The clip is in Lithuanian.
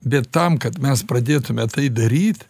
bet tam kad mes pradėtume tai daryt